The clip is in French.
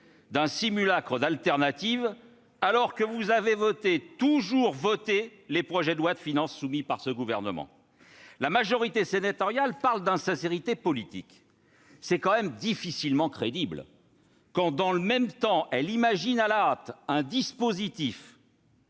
d'un simulacre d'alternative, alors que vous avez toujours voté les projets de lois de finances de ce gouvernement. La majorité sénatoriale parle d'« insincérité politique ». C'est difficilement crédible quand, dans le même temps, elle imagine à la hâte un dispositif